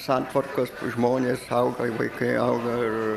santvarkos žmonės auga vaikai auga ir